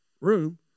room